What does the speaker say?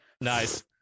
Nice